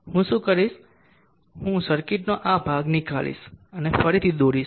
હું શું કરીશ હું સર્કિટનો આ ભાગ નીકાળીશ અને ફરીથી દોરીશ